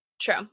True